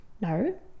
no